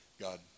God